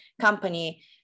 company